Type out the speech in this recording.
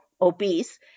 obese